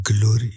glory